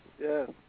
yes